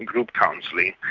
group counselling.